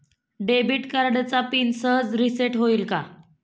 Debit कार्डचा PIN सहज reset होईल का?